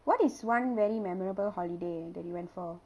what is one very memorable holiday that you went for